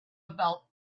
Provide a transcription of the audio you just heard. about